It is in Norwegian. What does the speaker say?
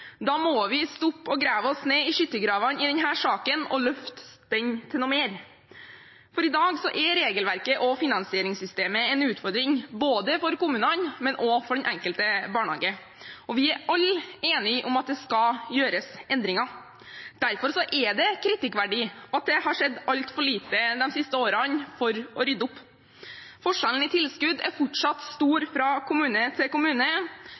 Da må vi slutte å grave oss ned i skyttergravene i denne saken og løfte den til noe mer. I dag er regelverket og finansieringssystemet en utfordring, både for kommunene og for den enkelte barnehage, og vi er alle enige om at det skal gjøres endringer. Derfor er det kritikkverdig at det de siste årene har skjedd altfor lite for å rydde opp. Forskjellen i tilskudd er fortsatt stor fra kommune til kommune,